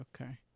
okay